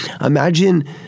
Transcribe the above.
imagine